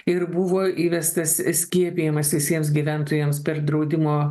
ir buvo įvestas skiepijamas visiems gyventojams per draudimo